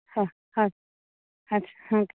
ହଁ ହଁ ଆଚ୍ଛା ହଁ